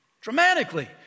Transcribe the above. dramatically